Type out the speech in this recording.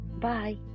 Bye